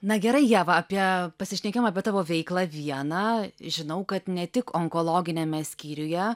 na gerai ieva apie pasišnekėjom apie tavo veiklą viena žinau kad ne tik onkologiniame skyriuje